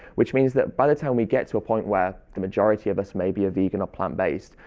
which means that by the time we get to a point where the majority of us may be a vegan or plant-based,